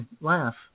laugh